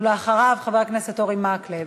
ואחריו, חבר הכנסת אורי מקלב.